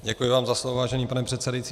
Děkuji vám za slovo, vážený pane předsedající.